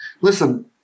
Listen